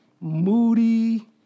moody